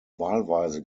wahlweise